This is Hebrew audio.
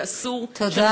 ואסור שאנשים ימשיכו, תודה.